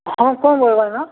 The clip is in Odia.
ହଁ କ'ଣ ନା